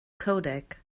codec